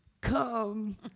come